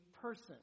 person